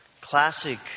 classic